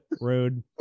rude